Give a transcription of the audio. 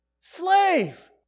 slave